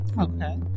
Okay